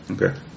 Okay